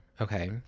Okay